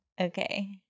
Okay